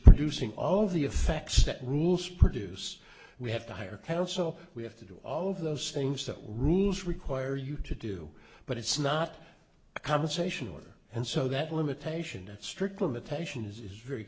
producing all the effects that rules produce we have to hire kelso we have to do all of those things that rules require you to do but it's not a compensation order and so that limitation of strict limitations is very